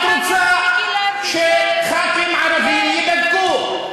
את רוצה שחברי כנסת ערבים ייבדקו.